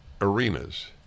arenas